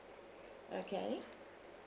okay